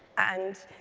and